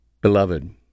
Beloved